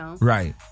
right